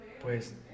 pues